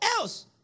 else